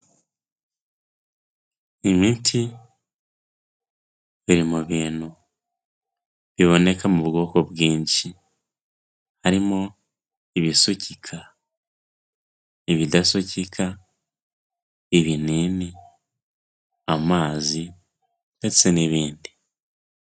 Imiti iri mu bintu biboneka mu bwoko bwinshi, harimo ibisukika, ibidasokika, ibinini, amazi ndetse n'ibindi.